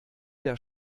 der